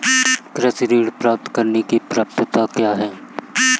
कृषि ऋण प्राप्त करने की पात्रता क्या है?